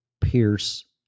Pierce